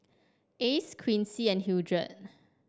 Ace Quincy and Hildred